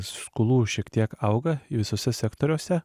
skolų šiek tiek auga visuose sektoriuose